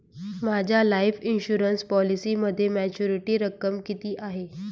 माझ्या life insurance पॉलिसीमध्ये maturity रक्कम किती आहे?